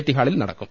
T ഹാളിൽ നടക്കും